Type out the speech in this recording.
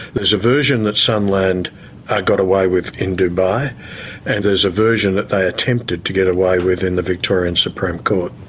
there's a version that sunland got away with in dubai and there's a version that they attempted to get away with in the victorian supreme court.